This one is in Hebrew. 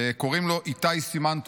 קוראים לו איתי סימן טוב,